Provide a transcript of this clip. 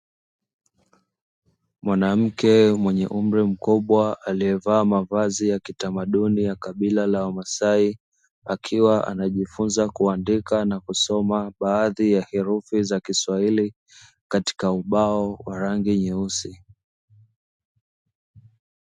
Mwanamke mwenye umri mkubwa aliyevaa mavazi ya kitamaduni ya kabila la wamasai, akiwa anajifunza kuandika na kusoma baadhi ya herufi za kiswahili, katika ubao wa rangi nyeusi.